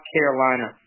Carolina